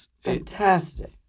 Fantastic